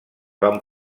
van